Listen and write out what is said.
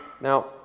Now